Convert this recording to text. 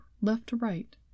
left-to-right